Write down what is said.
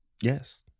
yes